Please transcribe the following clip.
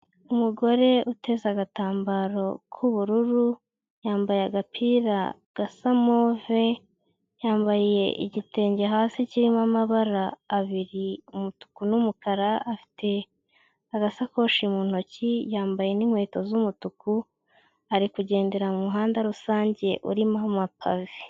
Umugore uteze agatambaro k'ubururu, yambaye agapira gasa move, yambaye igitenge hasi kirimo amabara abiri umutuku n'umukara, afite agasakoshi mu ntoki, yambaye n'inkweto z'umutuku, arikugendera mu muhanda rusange urimo amapave.